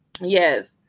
Yes